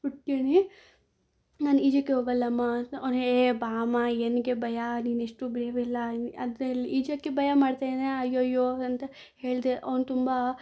ನಾನು ಈಜಕ್ಕೆ ಹೋಗಲ್ಲಮ್ಮ ಅವ್ನು ಏ ಬಾಮ್ಮ ಏನಕ್ಕೆ ಭಯ ನೀನಿಷ್ಟೂ ಭಯವಿಲ್ಲ ಅದರಲ್ಲಿ ಈಜಕ್ಕೆ ಭಯ ಮಾಡ್ತ್ಯೇನೆ ಅಯ್ಯಯ್ಯೋ ಅಂತ ಹೇಳಿದೆ ಅವ್ನು ತುಂಬ